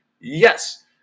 Yes